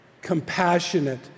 compassionate